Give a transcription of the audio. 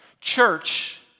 Church